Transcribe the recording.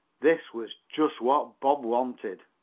this was just what bob wanted.